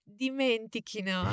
Dimentichino